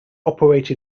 operate